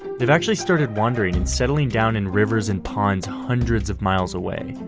they've actually started wandering and settling down in rivers and ponds hundreds of miles away.